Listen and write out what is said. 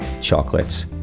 chocolates